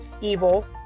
evil